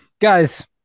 guys